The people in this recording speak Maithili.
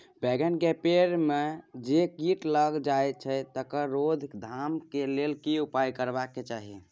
बैंगन के पेड़ म जे कीट लग जाय छै तकर रोक थाम के लेल की उपाय करबा के चाही?